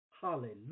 Hallelujah